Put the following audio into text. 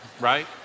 right